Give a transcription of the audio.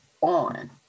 on